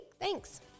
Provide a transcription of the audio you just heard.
Thanks